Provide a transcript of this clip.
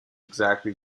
exactly